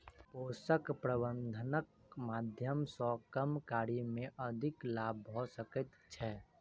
पोषक प्रबंधनक माध्यम सॅ कम कार्य मे अधिक लाभ भ सकै छै